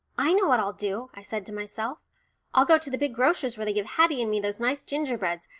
i know what i'll do, i said to myself i'll go to the big grocer's where they give haddie and me those nice gingerbreads,